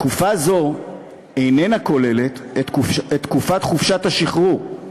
תקופה זו איננה כוללת את תקופת חופשת השחרור,